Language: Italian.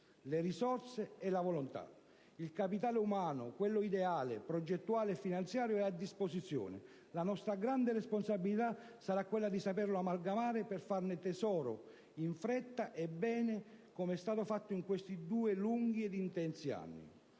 le risorse e la volontà. Il capitale umano e quello ideale, progettuale e finanziario sono a disposizione. La nostra grande responsabilità sarà quella di saperli amalgamare per farne tesoro in fretta e bene, com'è stato fatto in questi due lunghi ed intensi anni.